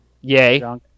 yay